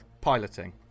piloting